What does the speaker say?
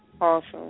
Awesome